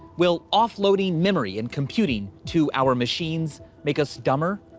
will offloading memory and computing to our machines make us dumber?